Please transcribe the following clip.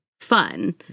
fun